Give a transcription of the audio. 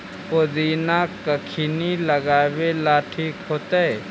पुदिना कखिनी लगावेला ठिक होतइ?